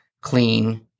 clean